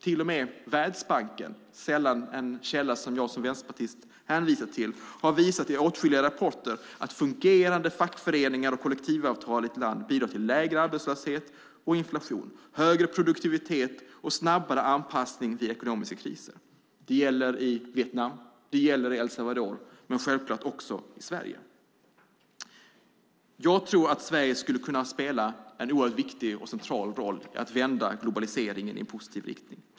Till och med Världsbanken, en källa jag som vänsterpartist sällan hänvisar till, har i åtskilliga rapporter visat att fungerande fackföreningar och kollektivavtal i ett land bidrar till lägre arbetslöshet och lägre inflation, högre produktivitet och snabbare anpassning vid ekonomiska kriser. Det gäller i Vietnam och El Salvador och självklart också i Sverige. Sverige skulle kunna spela en central roll i att vända globaliseringen i en positiv riktning.